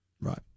Right